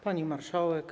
Pani Marszałek!